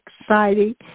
exciting